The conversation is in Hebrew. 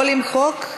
או למחוק.